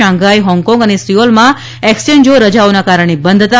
Shanghai Hong Kong અને સિઓલમાં એક્સચેન્જો રજાઓના કારણે બંધ હતા